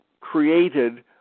created